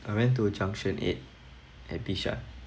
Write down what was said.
I went to junction eight at Bishan